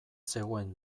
zegoen